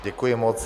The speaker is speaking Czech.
Děkuji moc.